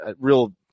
real